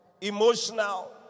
Emotional